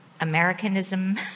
Americanism